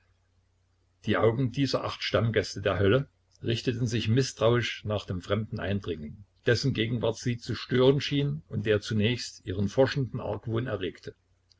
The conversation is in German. die augen dieser acht stammgäste der hölle richteten sich mißtrauisch nach dem fremden eindringling dessen gegenwart sie zu stören schien und der zunächst ihren forschenden argwohn erregte